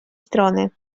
strony